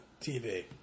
TV